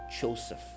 Joseph